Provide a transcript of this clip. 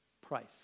Price